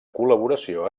col·laboració